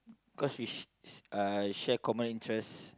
cause we sh~ uh share common interests